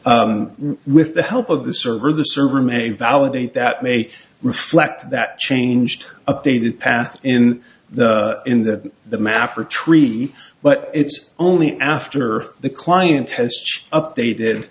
path with the help of the server the server may validate that may reflect that changed updated path in the in that the map or tree but it's only after the client has updated